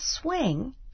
swing